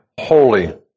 holy